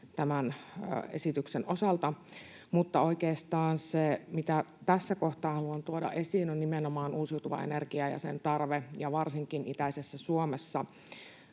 tämän esityksen osalta. Mutta oikeastaan se, mitä tässä kohtaa haluan tuoda esiin, on nimenomaan uusiutuva energia ja sen tarve. Varsinkin itäisessä Suomessa